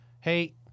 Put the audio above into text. hey